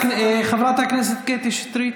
חברת הכנסת קטי שטרית.